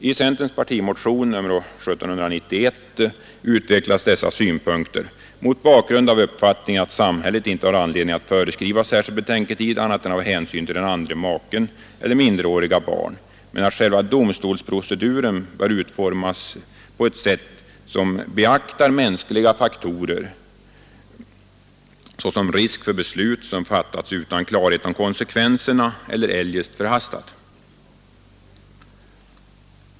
I centerns partimotion nr 1791 utvecklas dessa synpunkter mot bakgrund av uppfattningen att samhället inte har anledning att föreskriva särskild betänketid annat än av hänsyn till den andre maken eller minderåriga barn, men att själva domstolsproceduren bör utformas på ett sätt som beaktar mänskliga faktorer, såsom risk för beslut som fattas utan klarhet om konsekvenserna eller eljest förhastat.